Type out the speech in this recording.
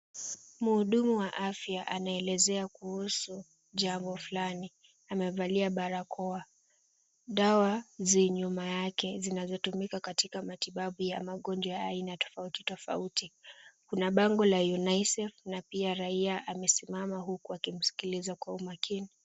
Mhudumu wa aya anaelezea kuhusu jambo fulani. Amevalia barakoa. Dawa zi nyuma yake zinazotumika katika matibabu ya magonjwa ya aina tofauti tofauti. Kuna bango la UNICEF na pia raia amesimama huku akimsikiliza kwa umakini.